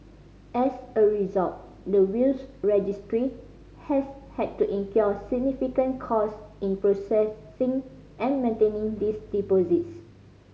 as a result the Wills Registry has had to incur significant cost in processing and maintaining these deposits